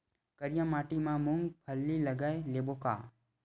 करिया माटी मा मूंग फल्ली लगय लेबों का?